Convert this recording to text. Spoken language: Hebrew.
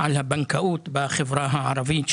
בנושא הבנקאות בחבר הערבית,